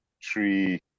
tree